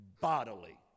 bodily